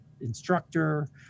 instructor